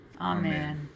Amen